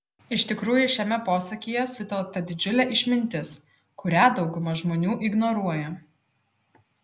iš tikrųjų šiame posakyje sutelkta didžiulė išmintis kurią dauguma žmonių ignoruoja